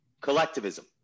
collectivism